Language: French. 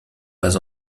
pas